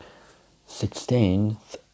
Sixteenth